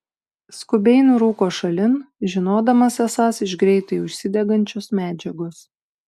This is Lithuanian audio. skubiai nurūko šalin žinodamas esąs iš greitai užsidegančios medžiagos